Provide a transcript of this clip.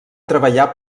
treballar